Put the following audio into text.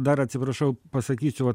dar atsiprašau pasakysiu vat